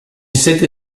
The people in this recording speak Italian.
sette